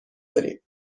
داریم